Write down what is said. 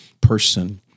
person